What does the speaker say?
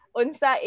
unsa